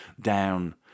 down